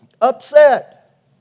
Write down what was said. upset